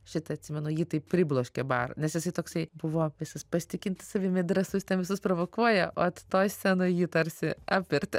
šitą atsimenu jie taip pribloškė barą nes jisai toksai buvo visas pasitikintis savimi drąsus ten visus provokuoja o toj scenoj jį tarsi apvertė